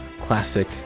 classic